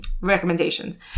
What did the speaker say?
recommendations